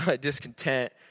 discontent